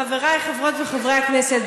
חבריי חברות וחברי הכנסת,